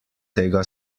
tega